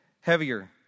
heavier